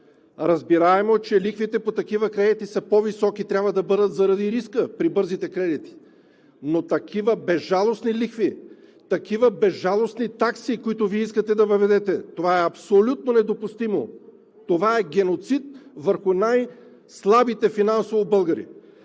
Разбираемо е, че лихвите по такива кредити са по-високи, и трябва да бъдат заради риска при бързите кредити, но такива безжалостни лихви, такива безжалостни такси, които Вие искате да въведете, това е абсолютно недопустимо. Това е геноцид върху финансово най